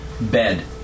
bed